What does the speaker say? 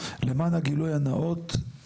למען הגילוי הנאות, אמי,